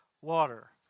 water